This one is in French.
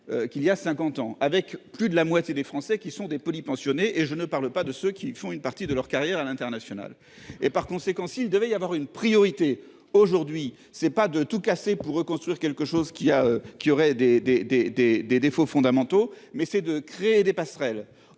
qu'il y a 50 ans avec plus de la moitié des Français qui sont des polypensionnés et je ne parle pas de ceux qui font une partie de leur carrière à l'international et par conséquent s'il devait y avoir une priorité aujourd'hui c'est pas de tout casser pour reconstruire quelque chose qui a, qui aurait des des des des des défauts fondamentaux mais c'est de créer des passerelles